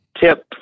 tip